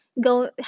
go